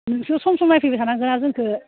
नोंसोर सम सम नायफैबाय थानांगौना जोंखौ